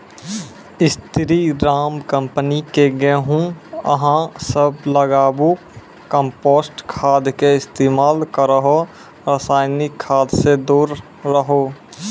स्री Ram company के गेहूँ अहाँ सब लगाबु कम्पोस्ट खाद के इस्तेमाल करहो रासायनिक खाद से दूर रहूँ?